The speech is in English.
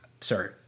sorry